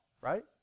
Right